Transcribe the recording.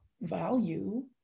value